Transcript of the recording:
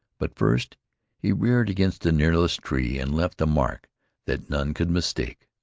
but first he reared against the nearest tree and left a mark that none could mistake.